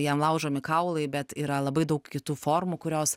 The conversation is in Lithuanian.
jam laužomi kaulai bet yra labai daug kitų formų kurios